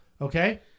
Okay